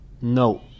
No